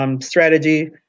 Strategy